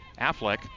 Affleck